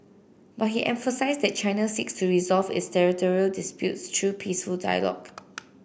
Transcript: but he emphasised that China seeks to resolve its territorial disputes through peaceful dialogue